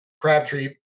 Crabtree